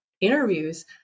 interviews